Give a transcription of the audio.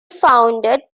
founded